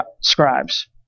scribes